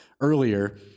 earlier